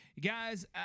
guys